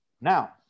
Now